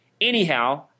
Anyhow